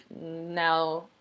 Now